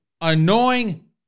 annoying